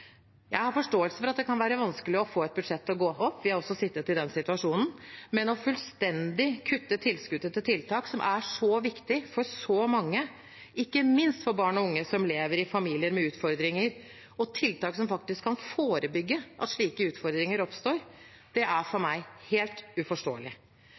Jeg har forståelse for at det kan være vanskelig å få et budsjett til å gå opp, vi har også sittet i den situasjonen, men å fullstendig kutte tilskudd til tiltak som er så viktige for så mange – ikke minst for barn og unge som lever i familier med utfordringer – og tiltak som faktisk kan forebygge at slike utfordringer oppstår, er for